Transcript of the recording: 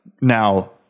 Now